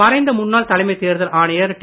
மறைந்த முன்னாள் தலைமைத் தேர்தல் ஆணையர் டி